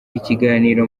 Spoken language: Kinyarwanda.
ikiganiro